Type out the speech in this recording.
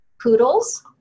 poodles